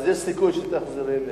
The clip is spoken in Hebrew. אז יש סיכוי שתחזרי.